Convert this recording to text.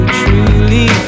truly